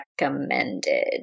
recommended